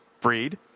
breed